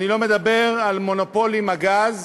אני לא מדבר על מונופול בתחום הגז.